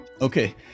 Okay